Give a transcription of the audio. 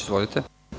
Izvolite.